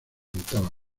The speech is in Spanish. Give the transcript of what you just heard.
pintaba